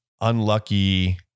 unlucky